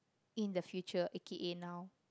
in the future A_K_A now